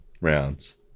rounds